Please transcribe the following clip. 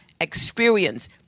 experience